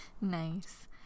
Nice